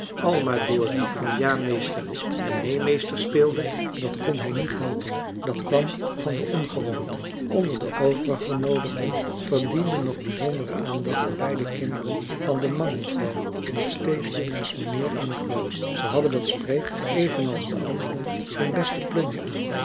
maar door van ja meester en neen meester speelde dat kon hij niet helpen dat kwam van de ongewoonte onder de overige genoodigden verdienden nog bijzondere aandacht de beide kinderen van de mangelvrouw in het steegje naast mijnheer en mevrouw ze hadden dat spreekt evenals de anderen hun beste plunje aan